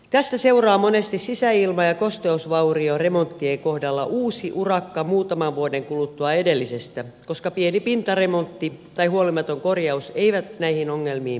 tästä seuraa monesti sisäilma ja kosteusvaurioremonttien kohdalla uusi urakka muutaman vuoden kuluttua edellisestä koska pieni pintaremontti tai huolimaton korjaus ei näihin ongelmiin pure